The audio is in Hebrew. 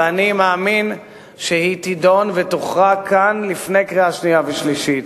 ואני מאמין שהיא תידון ותוכרע כאן לפני קריאה שנייה ושלישית.